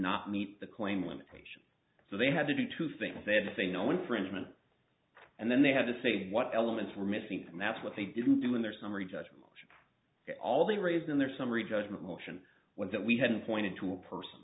not meet the claim limitations so they had to do two things they had to say no infringement and then they had to say what elements were missing and that's what they didn't do in their summary judgment which all they raised in their summary judgment motion was that we hadn't pointed to a person